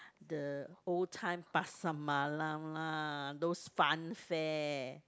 the old time Pasar Malam lah those fun fair